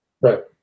right